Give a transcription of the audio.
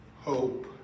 hope